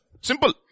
Simple